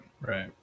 right